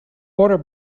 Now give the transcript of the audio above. water